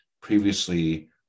previously